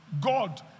God